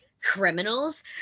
criminals